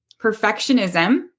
perfectionism